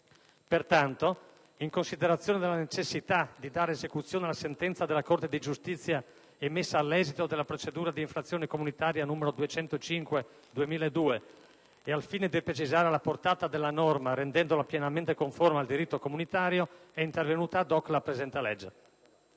Pertanto, in considerazione della necessità di dare esecuzione alla sentenza della Corte di giustizia, emessa all'esito della procedura d'infrazione comunitaria, n. 205 del 2002, e al fine di precisare la portata della norma, rendendola pienamente conforme al diritto comunitario, è intervenuta la presente legge.